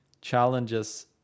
challenges